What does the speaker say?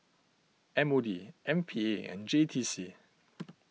M O D M P A and J T C